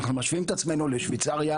אנחנו משווים את עצמנו לשוויצריה,